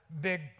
big